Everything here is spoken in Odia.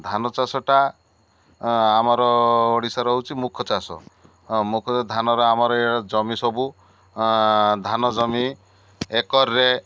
ଧାନ ଚାଷଟା ଆମର ଓଡ଼ିଶାର ହେଉଛି ମୁଖ ଚାଷ ଧାନର ଆମର ଏଇ ଜମି ସବୁ ଧାନ ଜମି ଏକରରେ